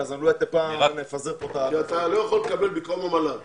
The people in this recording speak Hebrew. אתה לא יכול לקבל במקום המל"ג.